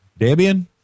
Debian